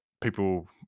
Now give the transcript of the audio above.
people